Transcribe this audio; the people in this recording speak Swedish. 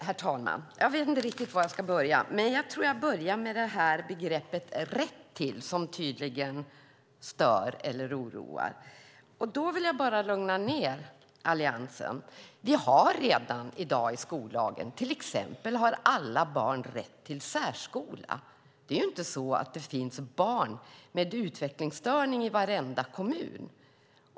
Herr talman! Jag vet inte riktigt var jag ska börja, men jag tror att jag börjar med begreppet "rätt till", som tydligen stör eller oroar. Jag vill bara lugna ned Alliansen; vi har detta redan i dag i skollagen. Till exempel har alla barn rätt till särskola. Det finns inte barn med utvecklingsstörning i varenda kommun.